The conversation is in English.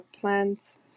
plants